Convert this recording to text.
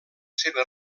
seva